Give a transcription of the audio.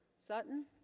sutton